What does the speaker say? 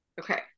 Okay